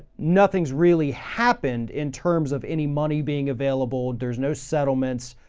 nothing's really happened in terms of any money being available. there's no settlements.